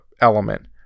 element